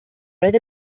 roedd